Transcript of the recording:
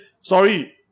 sorry